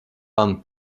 van